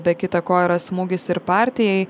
be kita ko yra smūgis ir partijai